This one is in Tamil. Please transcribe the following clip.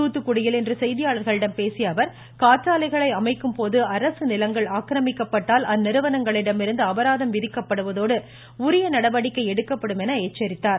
தூத்துக்குடியில் இன்று செய்தியாளர்களிடம் பேசிய அவர் காற்றாலைகளை அமைக்கும்போது அரசு நிலங்கள் ஆக்ரமிக்கப்பட்டால் அந்நிறுவனங்களிடமிருந்து அபராதம் விதிக்கப்படுவதோடு உரிய நடவடிக்கை எடுக்கப்படும் என்றும் அவர் எச்சரித்தார்